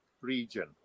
region